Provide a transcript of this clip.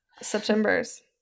september's